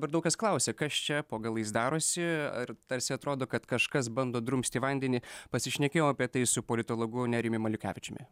dabar daug kas klausia kas čia po galais darosi ar tarsi atrodo kad kažkas bando drumsti vandenį pasišnekėjom apie tai su politologu nerijumi maliukevičiumi